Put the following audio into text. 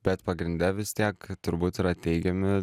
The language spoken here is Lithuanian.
bet pagrinde vis tiek turbūt yra teigiami